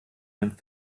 dem